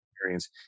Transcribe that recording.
experience